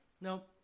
No